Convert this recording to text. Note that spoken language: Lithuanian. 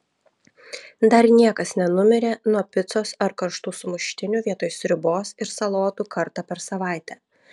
dar niekas nenumirė nuo picos ar karštų sumuštinių vietoj sriubos ir salotų kartą per savaitę